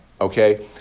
okay